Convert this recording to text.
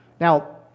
Now